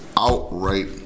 outright